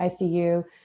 ICU